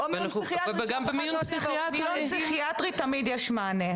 במיון פסיכיאטרי תמיד יש מענה,